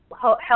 help